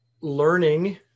Learning